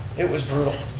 it was brutal.